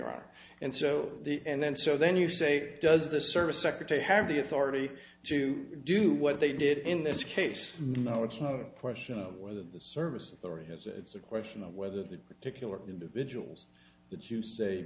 are and so and then so then you say does the service secretary have the authority to do what they did in this case no it's not a question of whether the service authority is it's a question of whether the particular individuals that you say